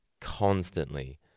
constantly